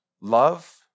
love